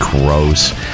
Gross